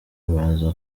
baza